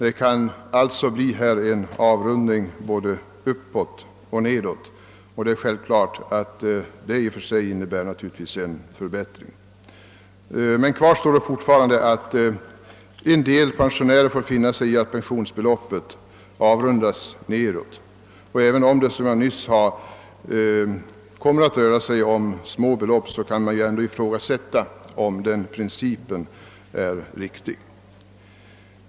Det kan alltså bli fråga om avrundning både uppåt och nedåt. Givetvis är detta i och för sig en förbättring, men kvar står fortfarande att en del pensionärer får finna sig i att pensionsbeloppet avrundas nedåt. även om det, som jag nyss framhöll, kommer att röra sig om små belopp, kan man ifrågasätta om denna princip är riktig.